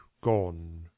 gone